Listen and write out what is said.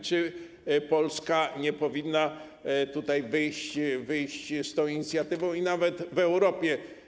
Czy Polska nie powinna tutaj wyjść z tą inicjatywą, nawet w Europie?